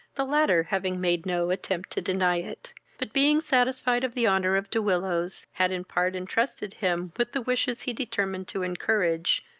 the latter having made no attempt to deny it but, being satisfied of the honour of de willows, had in part entrusted him with the wishes he determined to encourage,